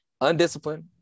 Undisciplined